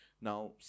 Now